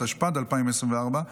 התשפ"ד 2024,